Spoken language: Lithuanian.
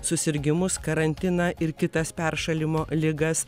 susirgimus karantiną ir kitas peršalimo ligas